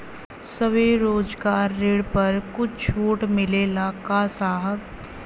स्वरोजगार ऋण पर कुछ छूट मिलेला का साहब?